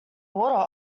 water